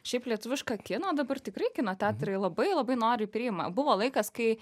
šiaip lietuvišką kiną dabar tikrai kino teatrai labai labai noriai priima buvo laikas kai